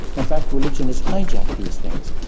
in fact religion has hijacked these things,